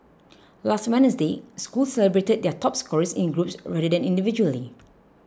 last Wednesday schools celebrated their top scorers in groups rather than individually